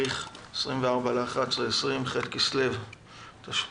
היום 24 בנובמבר 2020, ח' בכסלו התשפ"א,